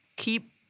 keep